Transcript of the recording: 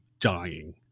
dying